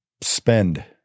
spend